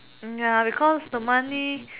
ya because the money